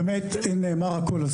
באמת נאמר הכול.